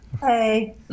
Hey